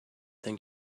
thing